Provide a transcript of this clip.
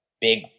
big